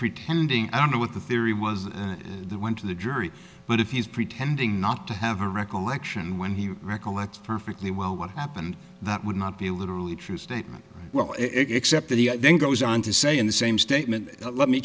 pretending i don't know what the theory was that went to the jury but if he's pretending not to have a recollection when he recollected perfectly well what happened that would not be literally true statement well except that he then goes on to say in the same statement let me